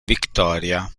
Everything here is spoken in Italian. victoria